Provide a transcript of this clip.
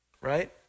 Right